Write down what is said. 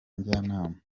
njyanama